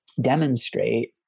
demonstrate